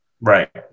Right